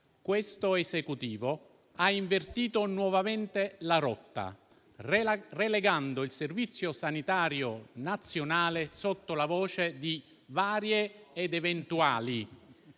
questo Esecutivo ha invertito nuovamente la rotta, relegando il Servizio sanitario nazionale sotto la voce di varie ed eventuali.